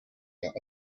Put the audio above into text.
are